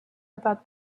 about